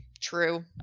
true